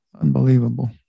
Unbelievable